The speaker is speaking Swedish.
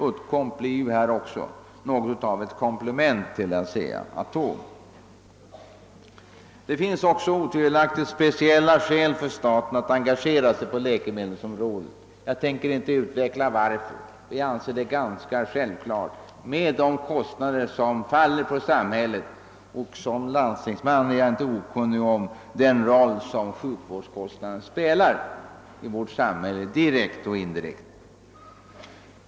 Uddcomb blir också något av ett komplement till ASEA-ATOM. Det finns också speciella skäl för staten att engagera sig på läkemedelsområdet. Jag tänker inte uttala mig mera ingående om motiven men anser det ganska självklart med tanke på de kostnader som faller på samhället. Som landstingsman är jag inte okunnig om den roll som sjukvårdskostnaderna spelar direkt och indirekt.